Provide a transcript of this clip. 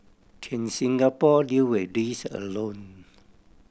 can Singapore deal with this alone